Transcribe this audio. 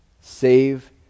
save